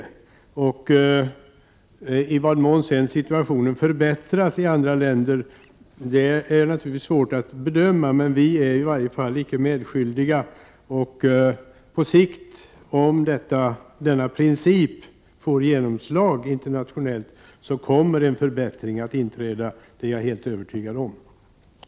Det är naturligtvis svårt att bedöma i vad mån situationen förbättras i andra länder, men vi skulle i varje fall inte vara medskyldiga. Jag är helt övertygad om att det kommer att inträda en förbättring på sikt, om denna princip får genomslag internationellt.